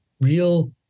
real